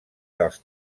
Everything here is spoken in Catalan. dels